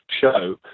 show